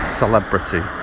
celebrity